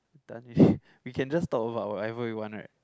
done we can just talk about whatever we want right